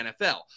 NFL